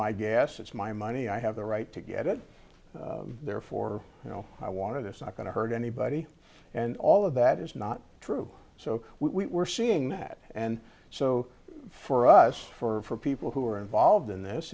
my gas it's my money i have the right to get it therefore i wanted it's not going to hurt anybody and all of that is not true so we were seeing that and so for us for people who are involved in this